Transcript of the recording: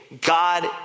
God